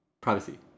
privacy